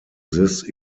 this